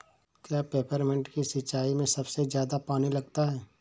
क्या पेपरमिंट की सिंचाई में सबसे ज्यादा पानी लगता है?